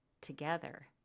together